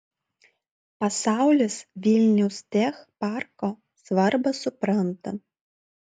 pasaulis vilniaus tech parko svarbą supranta